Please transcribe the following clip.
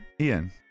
Ian